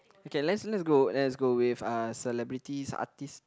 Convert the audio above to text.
okay let's let's go let's go with uh celebrities artistes